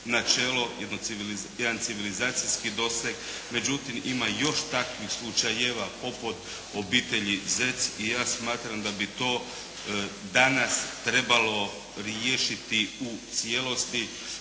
načelo, jedan civilizacijski doseg. Međutim, ima još takvih slučajeva poput obitelji Zec i ja smatram da bi to danas trebalo riješiti u cijelosti